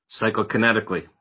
Psychokinetically